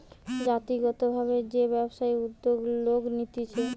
জাতিগত ভাবে যে ব্যবসায়ের উদ্যোগ লোক নিতেছে